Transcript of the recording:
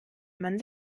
man